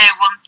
one